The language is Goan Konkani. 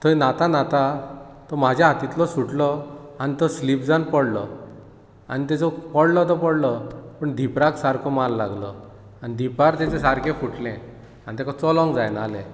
थंय न्हाता न्हाता तो म्हाज्या हातींतलो सुटलो आनी तो स्लीप जावन पडलो आनी तेजो पडलो तो पडलो पूण धिंपराक सारको मार लागलो आनी धिपार ताचें सारकेंं फुटलें आनी ताका चोलोंक जायना जालें